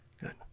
Good